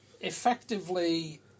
effectively